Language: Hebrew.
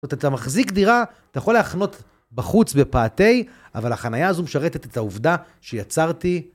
זאת אומרת, אתה מחזיק דירה, אתה יכול להחנות בחוץ בפאתי, אבל החנייה הזו משרתת את העובדה שיצרתי.